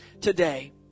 today